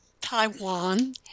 Taiwan